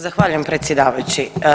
Zahvaljujem predsjedavajući.